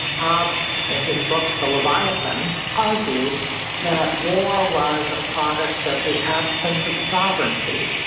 hobbes and his book, the leviathan, argued that war was a product of the absence of sovereignty.